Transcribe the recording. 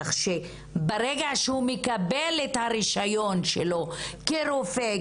כך שברגע שהוא מקבל את הרישיון שלו כרופא,